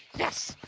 yes?